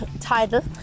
title